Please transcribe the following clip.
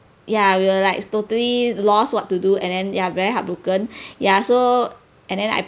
ya we were like totally lost what to do and then ya very heartbroken ya so and then I